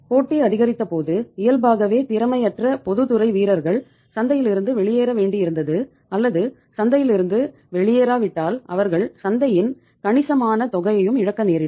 போட்டி அதிகரித்தபோது இயல்பாகவே திறமையற்ற பொதுத்துறை வீரர்கள் சந்தையிலிருந்து வெளியேற வேண்டியிருந்தது அல்லது சந்தையிலிருந்து வெளியேறாவிட்டால் அவர்கள் சந்தையின் கணிசமான தொகையை இழக்க நேரிடும்